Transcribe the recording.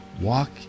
walk